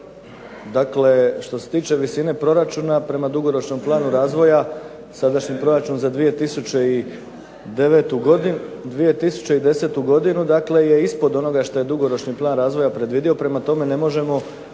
Dakle, što se tiče visine proračuna, prema dugoročnom planu razvoja, sadašnji proračun za 2010. godinu dakle je ispod onoga što je dugoročni plan razvoja predvidio prema tome, ne možemo